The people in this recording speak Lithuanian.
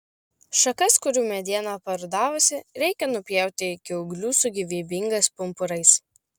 šakas kurių mediena parudavusi reikia nupjauti iki ūglių su gyvybingais pumpurais